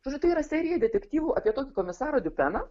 žodžiu tai yra serija detektyvų apie tokį komisarą diupeną